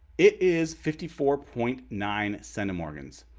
it is fifty four point nine centimorgans.